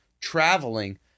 traveling